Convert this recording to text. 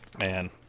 man